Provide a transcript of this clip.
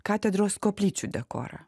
katedros koplyčių dekorą